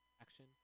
Action